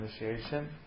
initiation